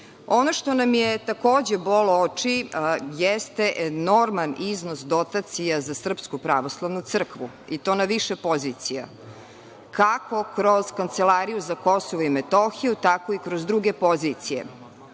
što nam je takođe bolo oči jeste enorman iznos dotacija za Srpsku pravoslavnu crkvu, i to na više pozicija, kako kroz Kancelariju za KiM, tako i kroz druge pozicije.